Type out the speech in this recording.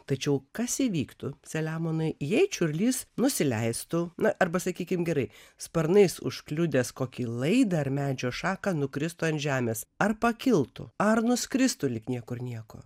tačiau kas įvyktų selemonai jei čiurlys nusileistų na arba sakykim gerai sparnais užkliudęs kokį laidą ar medžio šaką nukristų ant žemės ar pakiltų ar nuskristų lyg niekur nieko